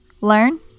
Learn